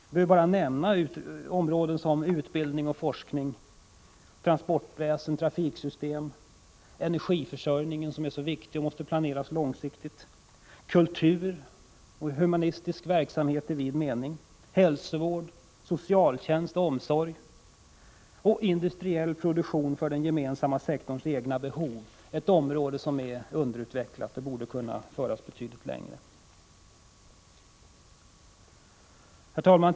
Låt mig nämna några områden av den offentliga sektorn som är av stor betydelse: — Energiförsörjningen, som är mycket viktig och måste planeras på lång sikt. — Kultur och humanistisk verksamhet i vid mening. — Industriell produktion för den gemensamma sektorns egna behov — ett område som är underutvecklat och där man borde kunna göra betydligt mer. Herr talman!